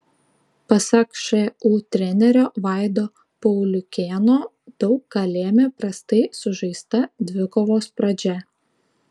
pasak šu trenerio vaido pauliukėno daug ką lėmė prastai sužaista dvikovos pradžia